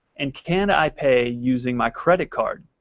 and can i pay using my credit card?